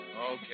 Okay